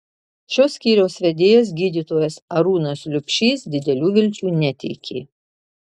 šio skyriaus vedėjas gydytojas arūnas liubšys didelių vilčių neteikė